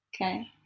Okay